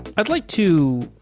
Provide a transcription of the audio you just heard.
i'd like to